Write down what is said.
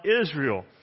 Israel